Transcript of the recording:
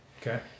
Okay